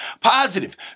positive